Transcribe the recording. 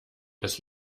das